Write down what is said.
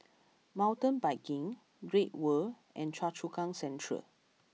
Mountain Biking Great World and Choa Chu Kang Central